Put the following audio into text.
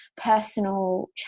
personal